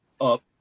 up